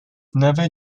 never